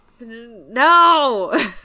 no